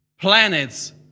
planets